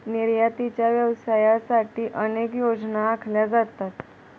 निर्यातीच्या व्यवसायासाठी अनेक योजना आखल्या जातात